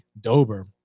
Dober